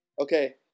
Okay